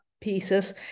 pieces